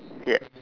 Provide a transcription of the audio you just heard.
yes